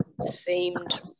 seemed